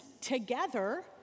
together